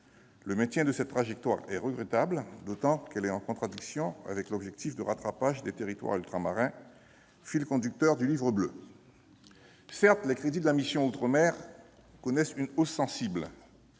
Le maintien de cette trajectoire est regrettable, d'autant qu'il entre en contradiction avec l'objectif de rattrapage des territoires ultramarins, fil conducteur du Livre bleu outre-mer. Certes, les crédits de la mission « Outre-mer » connaissent une hausse sensible-